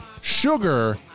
sugar